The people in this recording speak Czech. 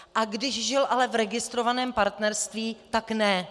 Ale když žil v registrovaném partnerství, tak ne.